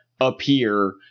appear